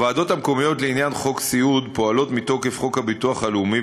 הוועדות המקומיות לעניין חוק סיעוד פועלות מתוקף חוק הביטוח הלאומי,